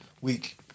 week